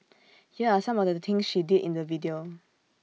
here are some of the things she did in the video